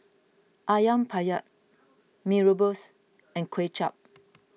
Ayam Penyet Mee Rebus and Kway Chap